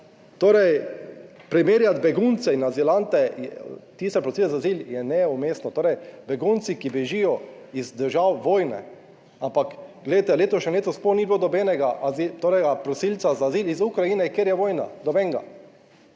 torej primerjati begunce in azilante, tiste prosilce za azil, je neumestno. Torej, begunci, ki bežijo iz držav vojne, ampak glejte, letošnje leto sploh ni bilo nobenega azila, torej prosilca za azil iz Ukrajine, kjer je vojna, nobenega,